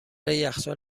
یخچال